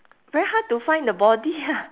very hard to find the body ah